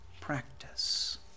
practice